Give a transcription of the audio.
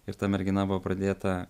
ir ta mergina buvo pradėta